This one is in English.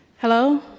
Hello